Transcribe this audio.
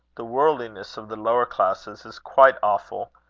the worldliness of the lower classes is quite awful.